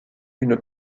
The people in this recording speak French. une